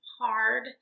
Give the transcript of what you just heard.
hard